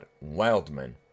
wildman